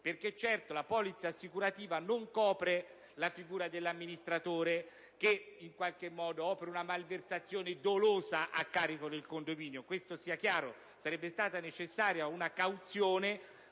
Certo, la polizza assicurativa non copre la figura dell'amministratore che opera una malversazione dolosa a carico del condominio, questo sia chiaro: sarebbe stata necessaria una cauzione,